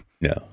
No